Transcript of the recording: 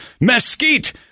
mesquite